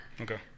Okay